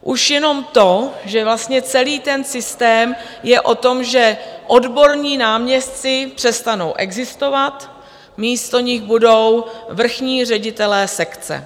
Už jenom to, že vlastně celý ten systém je o tom, že odborní náměstci přestanou existovat, místo nich budou vrchní ředitelé sekce.